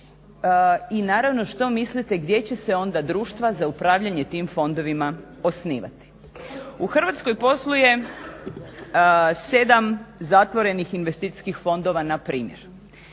I naravno što mislite gdje će se onda društva za upravljanje tim fondovima osnivati. U Hrvatskoj posluje 7 zatvorenih investicijskih fondova npr.